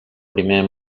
primer